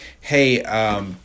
Hey